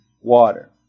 water